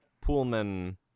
Pullman